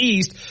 East